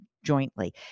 Jointly